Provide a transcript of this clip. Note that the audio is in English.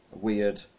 weird